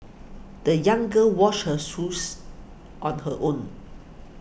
the young girl washed her shoes on her own